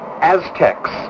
Aztecs